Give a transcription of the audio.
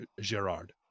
Gerard